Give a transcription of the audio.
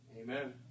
Amen